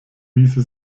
ließe